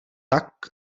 tak